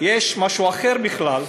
יש משהו אחר בכלל.